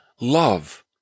love